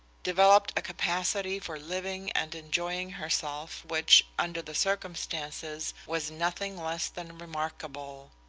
developed a capacity for living and enjoying herself which, under the circumstances, was nothing less than remarkable.